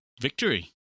victory